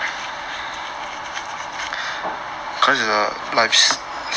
hope ah hope you get in